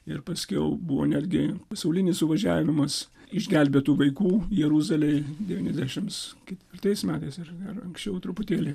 ir paskiau buvo netgi pasaulinis suvažiavimas išgelbėtų vaikų jeruzalėje devyniasdešimt ketvirtais metais ar ar anksčiau truputėlį